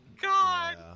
god